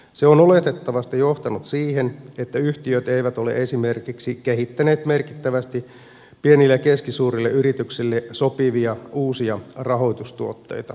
se on oletettavasti johtanut siihen että yhtiöt eivät ole esimerkiksi kehittäneet merkittävästi pienille ja keskisuurille yrityksille sopivia uusia rahoitustuotteita